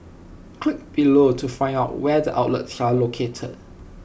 click below to find out where the outlets are located